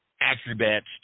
Acrobats